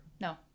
no